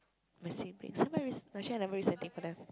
my siblings !huh! what risk actually I never risk anything for them